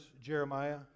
Jeremiah